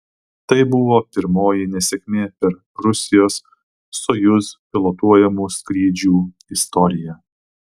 tai buvo pirmoji nesėkmė per rusijos sojuz pilotuojamų skrydžių istoriją